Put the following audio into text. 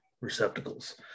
receptacles